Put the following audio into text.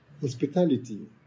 hospitality